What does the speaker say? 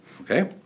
okay